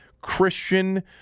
Christian